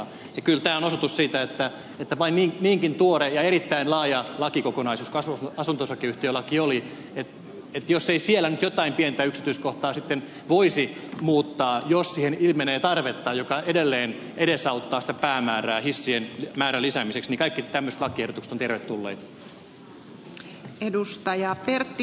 kyllä tämä on osoitus siitä että niinkin tuore ja erittäin laaja lakikokonaisuus mikä asunto osakeyhtiölaki oli että jos ei siellä nyt jotain pientä yksityiskohtaa sitten voisi muuttaa jos siihen ilmenee tarvetta joka edelleen edesauttaa sitä päämäärää hissien määrän lisäämiseksi niin kaikki tämmöiset lakiehdotukset ovat tervetulleita